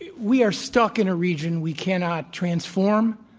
we we are stuck in a region we cannot transform,